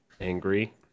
angry